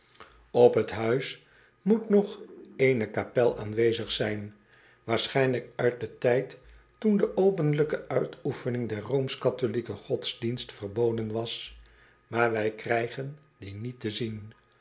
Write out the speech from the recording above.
p het huis moet nog eene kapel aanwezig zijn waarschijnlijk uit den tijd toen de openlijke uitoefening der godsdienst verboden was maar wij krijgen die niet te zien